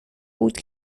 بود